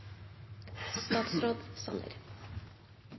Statsråd Sanner